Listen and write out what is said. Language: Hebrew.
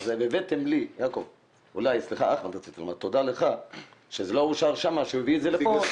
תודה לאחמד טיבי שבזכות זה שהנושא לא אושר בנשיאות